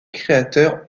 créateurs